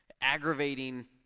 aggravating